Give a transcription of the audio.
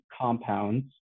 compounds